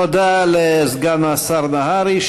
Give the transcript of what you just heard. תודה לסגן השר נהרי.